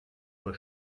uhr